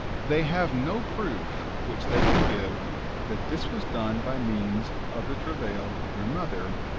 they have no proof which they can give that this was done by means of the travail of their mother,